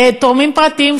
תורמים פרטיים,